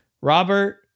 Robert